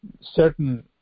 certain